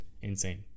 Insane